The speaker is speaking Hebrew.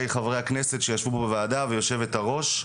חברי הכנסת שישבו פה בוועדה ויושבת הראש,